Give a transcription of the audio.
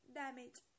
damage